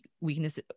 weakness